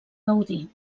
gaudir